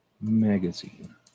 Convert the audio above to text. magazine